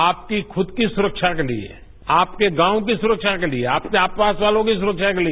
आपकी खुद की सुरक्षा के लिएए आपके गांव की सुरक्षा के लिएए आपके आसपास वालों की सुरक्षा के लिए